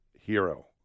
hero